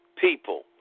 people